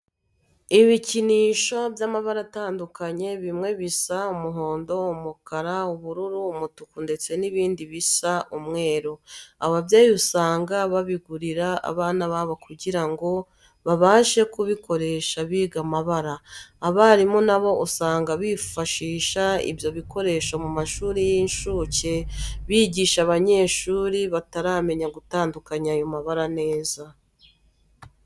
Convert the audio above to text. Ibikinisho by'amabara atandukanye bimwe bisa umuhondo, umukara, ubururu, umutuku ndetse n'ibindi bisa umweru. Ababyeyi usanga babigurira abana babo kugira ngo babashe kubikoresha biga amabara. Abarimu nabo usanga bifashisha ibyo bikoresho mu mashuri y'incuke bigisha abanyeshuri bataramenya gutandukanya ayo mabara neza.